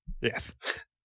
yes